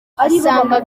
asanga